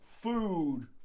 food